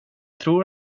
tror